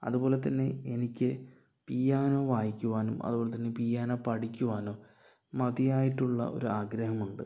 അതുപോലെ തന്നെ എനിക്ക് പിയാനോ വായിക്കുവാനും അതുപോലത്തന്നെ പിയാനോ പഠിക്കുവാനും മതിയായിട്ടുള്ള ഒരു ആഗ്രഹമുണ്ട്